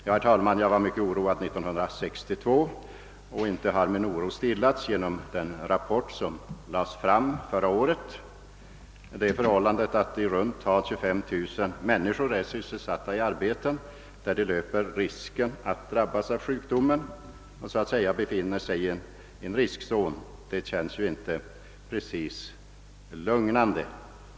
Jag var mycket oroad 1962, och inte har min oro stillats genom den rapport som nu lagts fram. Att i runt tal 25 000 personer är sysselsatta i arbeten, där de löper risken att drabbas av sjukdomen — de befinner sig med andra ord i en riskzon — känns inte precis lugnande.